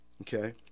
okay